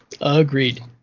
agreed